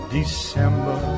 December